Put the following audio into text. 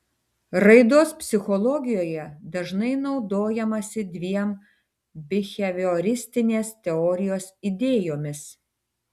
raidos psichologijoje dažnai naudojamasi dviem bihevioristinės teorijos idėjomis